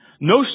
No